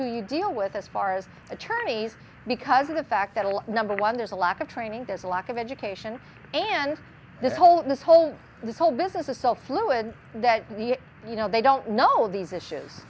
who you deal with as far as attorneys because of the fact that a lot number one there's a lack of training there's a lack of education and this whole this whole this whole business is so fluid that the you know they don't know these issues